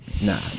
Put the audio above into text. Nah